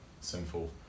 sinful